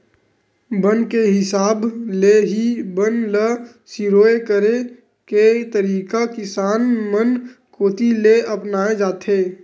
बन के हिसाब ले ही बन ल सिरोय करे के तरीका किसान मन कोती ले अपनाए जाथे